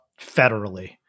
federally